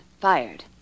fired